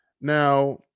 now